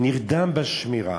נרדם בשמירה,